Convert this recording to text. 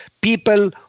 people